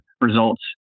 results